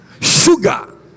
Sugar